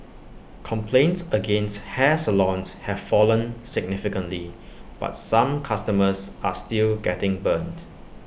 complaints against hair salons have fallen significantly but some customers are still getting burnt